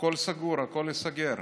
הכול סגור, הכול ייסגר.